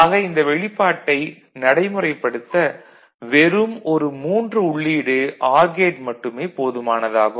ஆக இந்த வெளிப்பாட்டை நடைமுறைப்படுத்த வெறும் ஒரு மூன்று உள்ளீடு ஆர் கேட் மட்டுமே போதுமானது ஆகும்